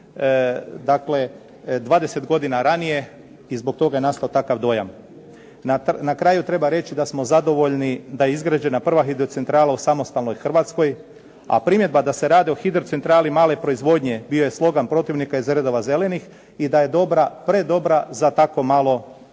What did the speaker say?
Dakle, 20 godina ranije i zbog toga je nastao takav dojam. Na kraju treba reći da smo zadovoljni da je izgrađena prva hidrocentrala u samostalnoj Hrvatskoj, a primjedba da se radi o hidrocentrali male proizvodnje bio je slogan protivnika iz redova "zelenih" i da je dobra, predobra za tako malo